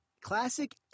classic